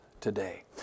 today